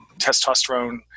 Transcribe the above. Testosterone